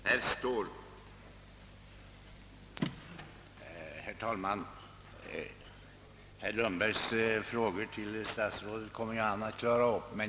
Herr talman! Herr Lundbergs frågor till statsrådet är det statsrådets sak att klara upp.